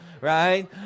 right